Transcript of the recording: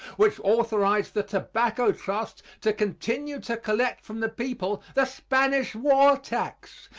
which authorized the tobacco trust to continue to collect from the people the spanish war tax,